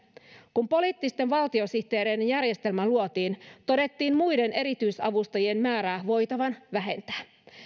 kun poliittisten valtiosihteereiden järjestelmä luotiin todettiin muiden erityisavustajien määrää voitavan vähentää